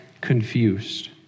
confused